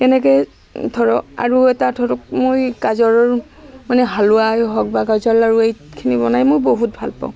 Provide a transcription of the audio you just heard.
তেনেকৈ ধৰক আৰু এটা ধৰক মই গাজৰৰ মানে হালোৱাই হও বা গাজৰ লাড়ু এইখিনি বনাই মই বহুত ভাল পাওঁ